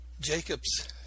Jacob's